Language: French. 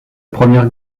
première